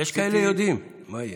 יש כאלה שיודעים מה יהיה.